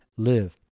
live